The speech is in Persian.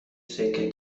سکه